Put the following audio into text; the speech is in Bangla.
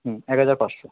হুম এক হাজার পাঁচশো